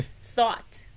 thought